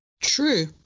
True